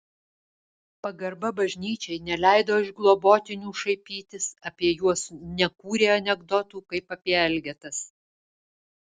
pagarba bažnyčiai neleido iš globotinių šaipytis apie juos nekūrė anekdotų kaip apie elgetas